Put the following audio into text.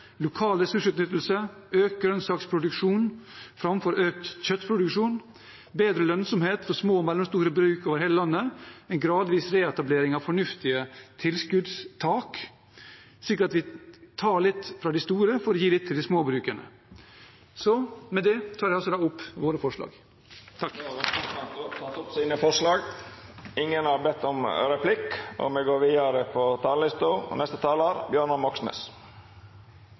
lokal ressursutnyttelse økt grønnsaksproduksjon framfor økt kjøttproduksjon bedre lønnsomhet for små og mellomstore bruk over hele landet en gradvis reetablering av fornuftige tilskuddstak, slik at vi tar litt fra de store for å gi litt til de små brukene Med det tar jeg opp våre forslag. Representanten Per Espen Stoknes har teke opp dei forslaga han refererte til. Jordbruket går dessverre i feil retning ved at landet vårt blir stadig mindre selvforsynt med fôr til husdyrene og